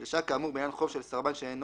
דרישה, כאמור, בעניין חוב של סרבן שאינו